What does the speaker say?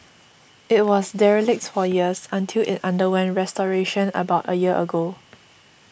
it was derelict for years until it underwent restoration about a year ago